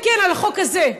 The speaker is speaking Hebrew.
כן, כן, על החוק הזה,